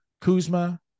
kuzma